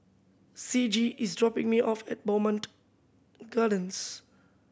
Ciji is dropping me off at Bowmont Gardens